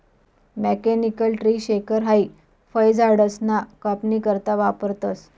mechanical tree shaker हाई फयझाडसना कापनी करता वापरतंस